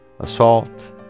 assault